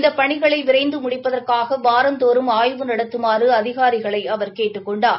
இந்த பணிகளை விரைந்து மூடிப்பதற்காக வாரந்தோறும் ஆய்வு நடத்துமாறு அதிகாரிகளை அவர் கேட்டுக் கொண்டார்